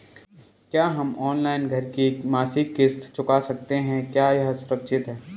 क्या हम ऑनलाइन घर की मासिक किश्त चुका सकते हैं क्या यह सुरक्षित है?